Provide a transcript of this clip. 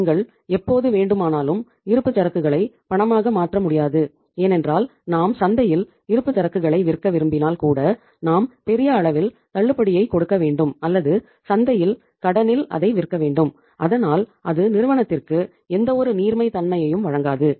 நீங்கள் எப்போது வேண்டுமானாலும் இருப்புச்சரக்குகளை பணமாக மாற்ற முடியாது ஏனென்றால் நாம் சந்தையில் இருப்புச்சரக்குகளை விற்க விரும்பினால் கூட நாம் பெறிய அளவில் தள்ளுபடியைக் கொடுக்க வேண்டும் அல்லது சந்தையில் கடனில் அதை விற்க வேண்டும் அதனால் அது நிறுவனத்திற்கு எந்தவொரு நீர்மைத்தன்மையையும் வழங்காது